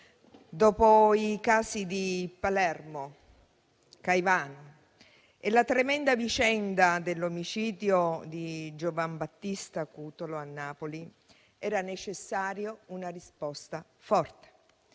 dopo i casi di Palermo e Caivano e dopo la tremenda vicenda dell'omicidio di Giovanbattista Cutolo a Napoli, era necessaria una risposta forte.